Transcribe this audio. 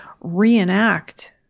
reenact